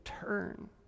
Turn